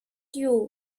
you